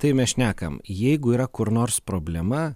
tai mes šnekam jeigu yra kur nors problema